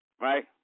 Right